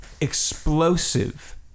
explosive